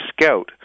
scout